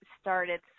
started